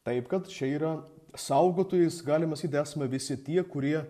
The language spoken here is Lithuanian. taip kad čia yra saugotojais galima sakyti esame visi tie kurie